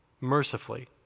Mercifully